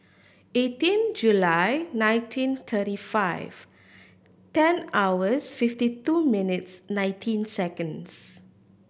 eighteen July nineteen thirty five ten hours fifty two minutes nineteen seconds